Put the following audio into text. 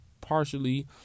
partially